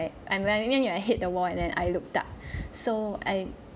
and when you win you hit the wall and then I looked up so I